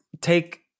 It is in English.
take